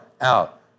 out